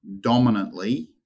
dominantly